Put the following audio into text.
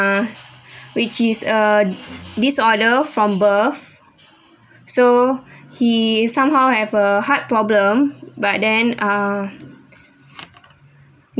uh which is a disorder from birth so he somehow have a heart problem but then ah